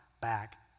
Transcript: back